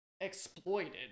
exploited